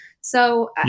So-